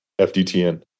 FDTN